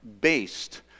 based